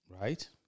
right